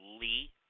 Lee